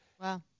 Wow